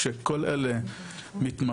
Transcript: כשכל אלה מתממשים,